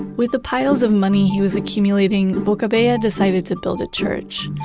with the piles of money he was accumulating, boccabella decided to build a church.